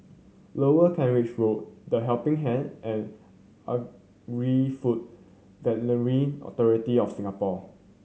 Lower Kent Ridge Road The Helping Hand and Agri Food Veterinary Authority of Singapore